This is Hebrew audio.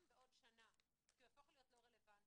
בעוד שנה כי הוא יהפוך להיות בלתי רלבנטי.